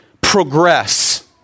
progress